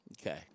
Okay